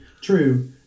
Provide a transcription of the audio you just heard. True